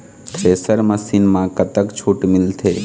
Thresher machine म कतक छूट मिलथे?